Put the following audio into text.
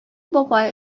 бабай